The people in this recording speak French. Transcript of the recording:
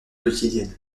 quotidienne